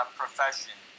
profession